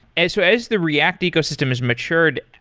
as so as the react ecosystem is matured,